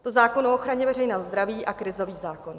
Je to zákon o ochraně veřejného zdraví a krizový zákon.